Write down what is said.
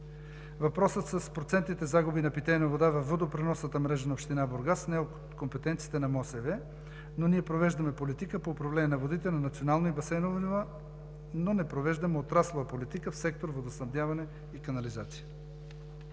Въпросът с процентните загуби на питейна вода във водопреносната мрежа на община Бургас не е от компетенцията на МОСВ, но ние провеждаме политика по управление на водите на национално и басейново ниво, но не провеждаме отраслова политика в сектор „Водоснабдяване и канализация“.